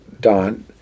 Don